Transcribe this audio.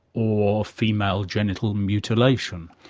or female genital mutilation.